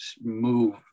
move